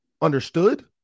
understood